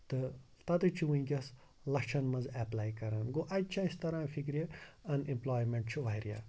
تَتی چھِ وٕنکٮ۪س لَچھَن منٛز اٮ۪پلاے کَران گوٚو اَتہِ چھِ اَسہِ تَران فِکرِ اَن امپلایم۪نٛٹ چھِ واریاہ